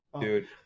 dude